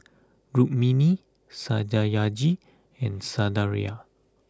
Rukmini Satyajit and Sundaraiah